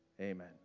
Amen